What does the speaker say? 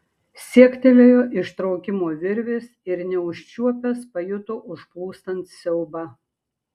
siektelėjo ištraukimo virvės ir neužčiuopęs pajuto užplūstant siaubą